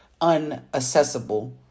unaccessible